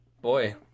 Boy